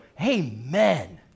Amen